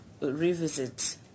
revisit